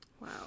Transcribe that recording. wow